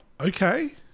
Okay